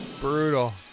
brutal